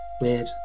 weird